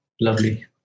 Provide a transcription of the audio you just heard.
Lovely